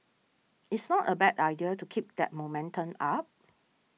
it's not a bad idea to keep that momentum up